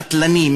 קטלני,